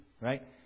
Right